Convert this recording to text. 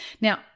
Now